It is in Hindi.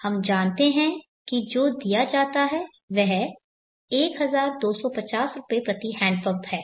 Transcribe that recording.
हम जानते हैं कि जो दिया जाता है वह 1250 रुपये प्रति हैंडपंप है